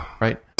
right